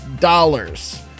dollars